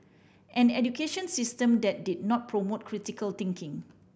an education system that did not promote critical thinking